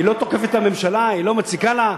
היא לא תוקפת את הממשלה, היא לא מציקה לה.